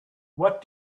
what